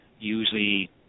usually